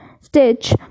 stitch